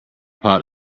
pot